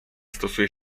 stosuje